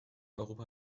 europa